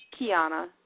Kiana